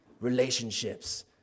Relationships